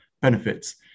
benefits